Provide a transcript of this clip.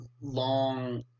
long